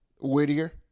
Whittier